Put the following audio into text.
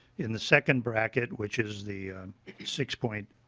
in the second bracket which is the six point